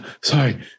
sorry